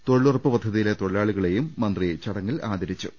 തൊഴിലുറപ്പ് പദ്ധതിയിലെ തൊഴിലാളികളെ മന്ത്രി ചടങ്ങിൽ ആദരിച്ചു